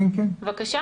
בבקשה.